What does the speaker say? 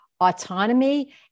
autonomy